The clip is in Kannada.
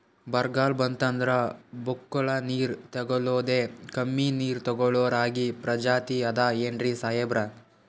ಬರ್ಗಾಲ್ ಬಂತಂದ್ರ ಬಕ್ಕುಳ ನೀರ್ ತೆಗಳೋದೆ, ಕಮ್ಮಿ ನೀರ್ ತೆಗಳೋ ರಾಗಿ ಪ್ರಜಾತಿ ಆದ್ ಏನ್ರಿ ಸಾಹೇಬ್ರ?